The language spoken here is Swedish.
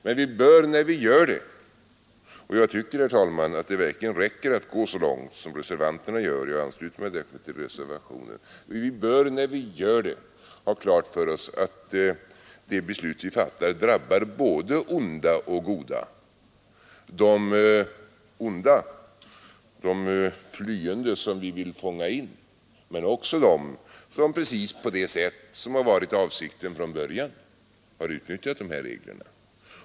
Men när vi gör det — och jag tycker, herr talman, att det verkligen räcker att gå så långt som reservanterna gör och ansluter mig därför till reservationen — bör vi ha klart för oss att det beslut som vi fattar drabbar både onda och goda, de onda, de flyende som vi vill fånga in men också dem som på precis det sätt som från början var avsikten har utnyttjat dessa regler.